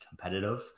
competitive